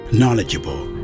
knowledgeable